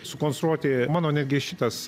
sukonstruoti mano negi šitas